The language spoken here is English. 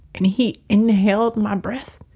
and he inhaled my breath?